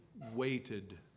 waited